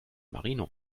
marino